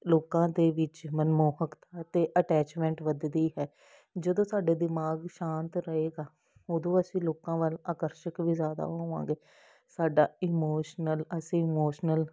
ਲੋਕਾਂ ਦੇ ਵਿੱਚ ਮਨਮੋਹਕ ਅਤੇ ਅਟੈਚਮੈਂਟ ਵੱਧਦੀ ਹੈ ਜਦੋਂ ਸਾਡੇ ਦਿਮਾਗ ਸ਼ਾਂਤ ਰਹੇਗਾ ਉਦੋਂ ਅਸੀਂ ਲੋਕਾਂ ਵੱਲ ਅਕਰਸ਼ਕ ਵੀ ਜ਼ਿਆਦਾ ਹੋਵਾਂਗੇ ਸਾਡਾ ਇਮੋਸ਼ਨਲ ਅਸੀਂ ਇਮੋਸ਼ਨਲ